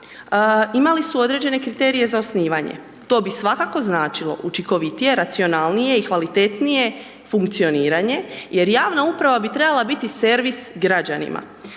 imali su određene kriterije za osnivanje. To bi svakako značilo, učinkovitije, racionalnije i kvalitetnije funkcioniranje jer javna uprava bi trebala biti servis građanima.